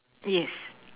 yes